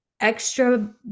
extra